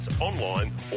online